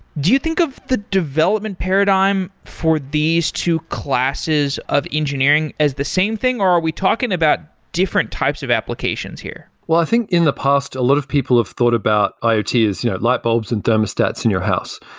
do you think of the development paradigm for these two classes of engineering as the same thing, or are we talking about different types of applications here? well i think in the past, a lot of people have thought about iot is light bulbs and thermostats in your house.